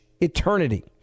eternity